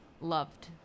loved